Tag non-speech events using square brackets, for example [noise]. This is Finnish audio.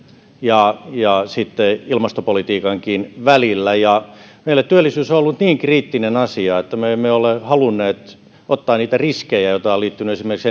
ja ja sitten ilmastopolitiikankin välillä meillä työllisyys on ollut niin kriittinen asia että me emme ole halunneet ottaa niitä riskejä joita on liittynyt esimerkiksi [unintelligible]